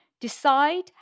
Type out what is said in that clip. Decide